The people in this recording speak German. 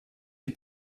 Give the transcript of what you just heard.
die